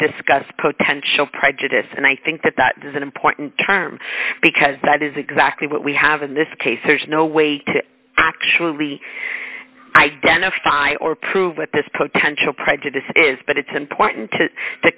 discuss potential prejudice and i think that that is an important term because that is exactly what we have in this case there's no way to actually identify or prove what this potential prejudice is but it's important to to